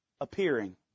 Appearing